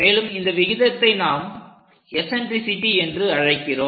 மேலும் இந்த விகிதத்தை நாம் எசன்ட்ரிசிட்டி என்று அழைக்கிறோம்